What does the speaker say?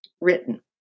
written